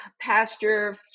Pastor